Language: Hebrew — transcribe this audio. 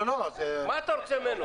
מה אתה רוצה ממנו?